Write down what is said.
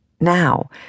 Now